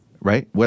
Right